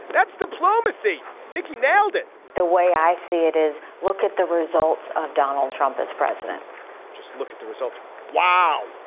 that's diplomacy. nikki nailed it the way i see it is look at the results of donald trump as president just look at the results. wow.